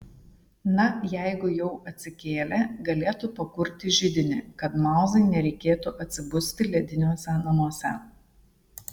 na jeigu jau atsikėlė galėtų pakurti židinį kad mauzai nereikėtų atsibusti lediniuose namuose